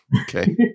okay